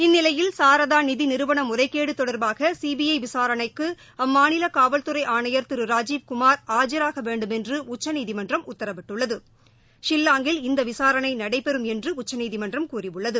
இந்நிலையில் சாராதா நிதி நிறுவன முறைகேடு தொடர்பாக சிபிஐ விசாரணைக்கு அம்மாநில காவல்துறை ஆணையா் திரு ராஜீவ்குமாா் ஆஜராக வேண்டுமென்று உச்சநீதிமன்றம் உத்தரவிட்டுள்ளது ஷில்லாங்கில் இந்த விசாரணை நடைபெறும் என்று உச்சநீதிமன்றம் கூறியுள்ளது